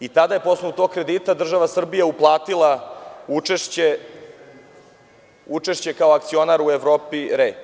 i tada je po osnovu tog kredita država Srbija uplatila učešće kao akcionar u „Evropi RE“